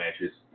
matches